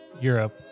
Europe